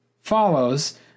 follows